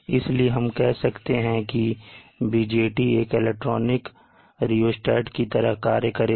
इसलिए हम कह सकते हैं कि यह BJT एक इलेक्ट्रॉनिक रियोस्टेट की तरह कार्य करेगी